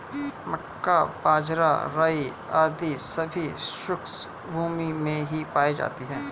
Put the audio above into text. मक्का, बाजरा, राई आदि सभी शुष्क भूमी में ही पाए जाते हैं